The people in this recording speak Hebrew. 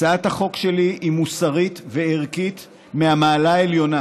הצעת החוק שלי היא מוסרית וערכית מהמעלה העליונה,